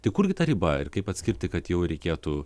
tai kurgi ta riba ir kaip atskirti kad jau reikėtų